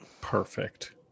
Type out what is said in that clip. Perfect